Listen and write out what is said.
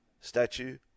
statue